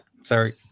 sorry